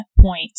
point